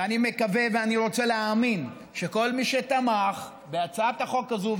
ואני מקווה ואני רוצה להאמין שכל מי שתמך בהצעת החוק הזו,